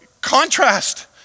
contrast